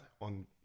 on